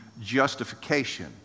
justification